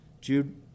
Jude